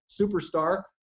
superstar